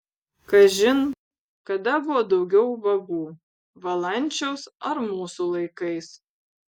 kažin kada buvo daugiau ubagų valančiaus ar mūsų laikais